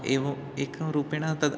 एव एकेन रूपेण तद्